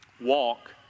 walk